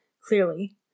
clearly